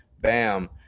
Bam